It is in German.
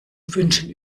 wünschen